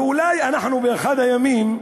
ואולי אנחנו, באחד הימים,